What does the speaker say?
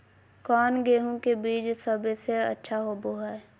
कौन गेंहू के बीज सबेसे अच्छा होबो हाय?